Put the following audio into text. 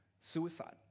suicide